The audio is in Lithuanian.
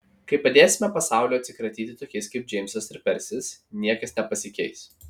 kai padėsime pasauliui atsikratyti tokiais kaip džeimsas ir persis niekas nepasikeis